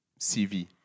CV